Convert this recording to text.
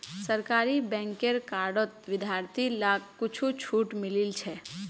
सरकारी बैंकेर कार्डत विद्यार्थि लाक कुछु छूट मिलील छ